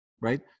right